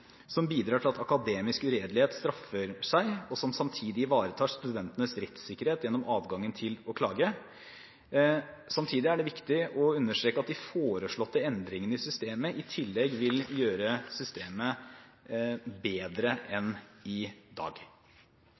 som bidrar til at akademisk uredelighet straffer seg, og som samtidig ivaretar studentenes rettssikkerhet gjennom adgangen til å klage. Samtidig er det viktig å understreke at de foreslåtte endringene i loven i tillegg vil gjøre systemet bedre enn i dag.